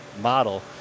model